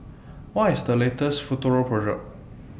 What IS The latest Futuro Product